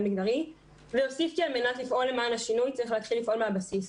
מגדרי ואוסיף כי על מנת לפעול למען השינוי צריך להתחיל לפעול מהבסיס,